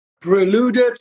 preluded